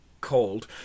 called